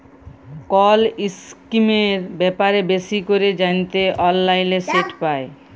call ইসকিমের ব্যাপারে বেশি ক্যরে জ্যানতে অললাইলে সেট পায়